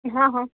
હા હા